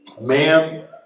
Man